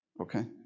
Okay